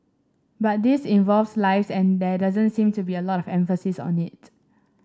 but this involves lives and there doesn't seem to be a lot of emphasis on it